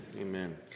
amen